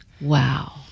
Wow